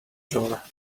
door